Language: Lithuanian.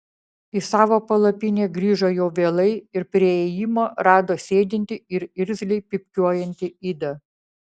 į savo palapinę grįžo jau vėlai ir prie įėjimo rado sėdintį ir irzliai pypkiuojantį idą